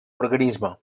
organisme